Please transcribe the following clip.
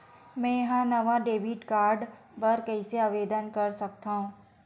मेंहा नवा debit card बर कैसे आवेदन कर सकथव?